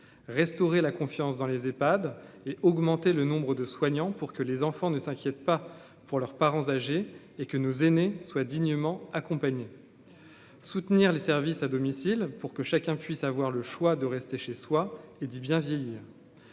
restaurer la confiance dans les EPHAD et augmenter le nombre de soignants pour que les enfants ne s'inquiète pas pour leurs parents âgés et que nos aînés soient dignement accompagner, soutenir les services à domicile pour que chacun puisse avoir le choix de rester chez soi et dit bien vieillir,